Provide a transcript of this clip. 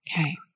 Okay